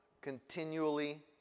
continually